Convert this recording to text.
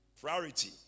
Priority